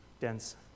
dense